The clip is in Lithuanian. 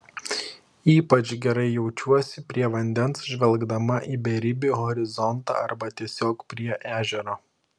ypač gerai jaučiuosi prie vandens žvelgdama į beribį horizontą arba tiesiog prie ežero